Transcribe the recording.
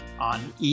on